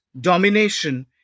domination